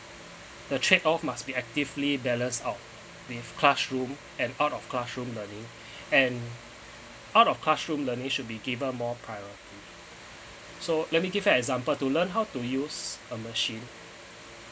the trade off must be actively balanced out with classroom and out of classroom learning and out of classroom learning should be given more priority so let me give you an example to learn how to use a machine